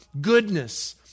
goodness